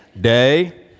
day